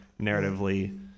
narratively